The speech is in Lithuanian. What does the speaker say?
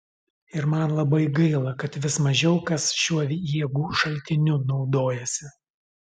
ir man labai gaila kad vis mažiau kas šiuo jėgų šaltiniu naudojasi